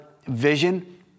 Vision